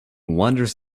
wanders